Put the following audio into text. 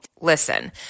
Listen